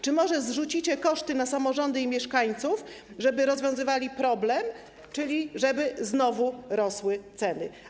Czy może zrzucicie koszty na samorządy i mieszkańców, żeby rozwiązywali problem, czyli żeby znowu rosły ceny?